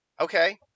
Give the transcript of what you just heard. Okay